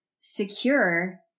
secure